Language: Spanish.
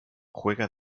juega